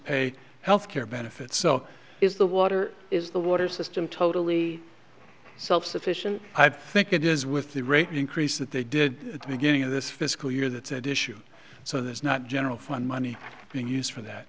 pay health care benefits so is the water is the water system totally self sufficient i think it is with the rate increase that they did at the beginning of this fiscal year that's at issue so there's not general fund money being used for that